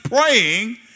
praying